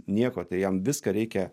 nieko tai jam viską reikia